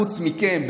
חוץ מכם,